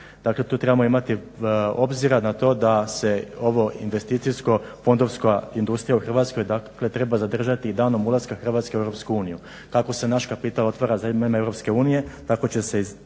Dakle tu trebamo imati obzira na to da se ovo investicijsko-fondovska industrija u Hrvatskoj treba zadržati danom ulaska Hrvatske u EU. Kako se naš kapital otvara za … EU tako će se i